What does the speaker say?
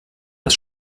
das